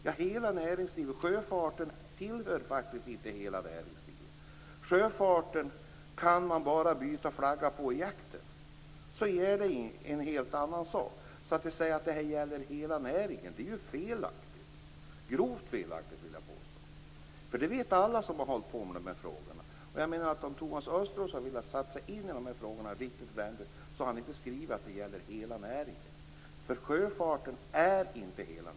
Ja, hela näringslivet. Sjöfarten tillhör faktiskt inte hela näringslivet. Sjöfarten kan man bara byta flagga på i jakten. Det är en helt annan sak. Att säga att det här gäller hela näringen är grovt felaktigt, vill jag påstå. Det vet alla som har hållit på med de här frågorna. Jag menar att om Thomas Östros hade velat sätta sig in i de här frågorna riktigt ordentligt hade han inte skrivit att det gäller hela näringen. Sjöfarten är inte hela näringen.